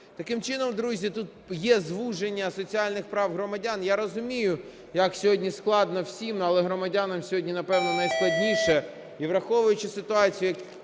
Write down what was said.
Таким чином, друзі, тут є звуження соціальних прав громадян. Я розумію, як сьогодні складно всім, але громадянам сьогодні, напевно, найскладніше. І враховуючи ситуацію